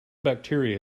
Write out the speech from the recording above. bacteria